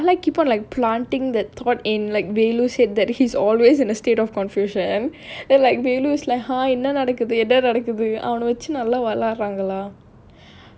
ya this bala keep on like planting that thought in like velu's head that he's always in a state of confusion and like velu is like !huh! என்ன நடக்குது என்ன நடக்குது அவன வச்சி நல்ல வெளயாடறாங்களா:enna nadakuthu enna nadakuthu avana vachi nalla velayaadraangalaa